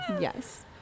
Yes